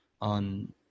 on